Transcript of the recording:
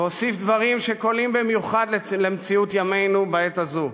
והוסיף דברים שקולעים במיוחד למציאות ימינו בעת הזאת: